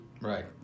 Right